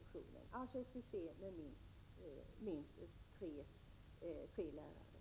Vi förordar alltså ett system med minst tre lärartyper.